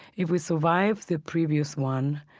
if we survived the previous one,